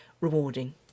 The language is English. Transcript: rewarding